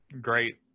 great